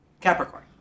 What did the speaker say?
Capricorn